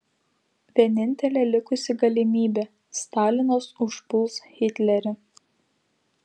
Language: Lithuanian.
vienintelė likusi galimybė stalinas užpuls hitlerį